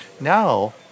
now